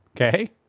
okay